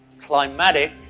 climatic